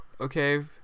okay